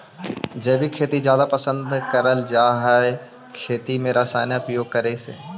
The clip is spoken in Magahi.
जैविक खेती जादा पसंद करल जा हे खेती में रसायन उपयोग करे से